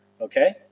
okay